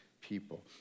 people